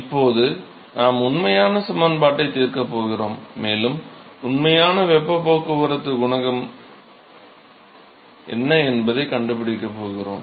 இப்போது நாம் உண்மையான சமன்பாட்டைத் தீர்க்கப் போகிறோம் மேலும் உண்மையான வெப்பப் போக்குவரத்து குணக மதிப்பு என்ன என்பதைக் கண்டுபிடிக்கப் போகிறோம்